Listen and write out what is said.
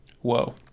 Whoa